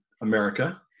America